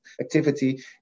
activity